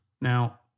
Now